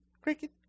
cricket